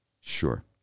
Sure